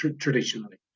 traditionally